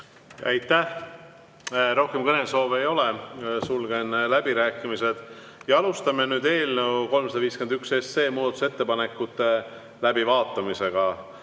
Aitäh! Rohkem kõnesoove ei ole. Sulgen läbirääkimised. Alustame nüüd eelnõu 351 muudatusettepanekute läbivaatamist.